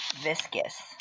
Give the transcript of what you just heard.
Viscous